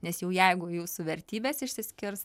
nes jau jeigu jūsų vertybės išsiskirs